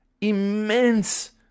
immense